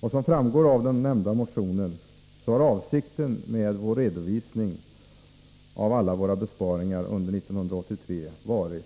Som också framgår av den nämnda motionen har avsikten med vår redovisning av alla våra besparingsförslag under 1983 varit